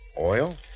Oil